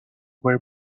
were